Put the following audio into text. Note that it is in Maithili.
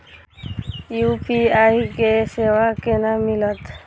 यू.पी.आई के सेवा केना मिलत?